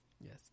Yes